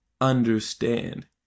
understand